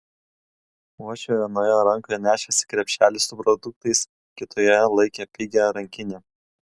uošvė vienoje rankoje nešėsi krepšelį su produktais kitoje laikė pigią rankinę